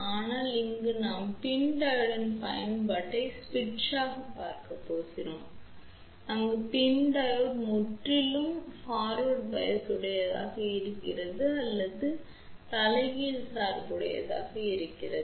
ஆனால் இன்று நாம் பின் டையோடின் பயன்பாட்டை சுவிட்சாகப் பார்க்கப் போகிறோம் அங்கு PIN டையோடு முற்றிலும் முன்னோக்கி சார்புடையதாக இருக்கிறது அல்லது அது தலைகீழ் சார்புடையதாக இருக்கிறது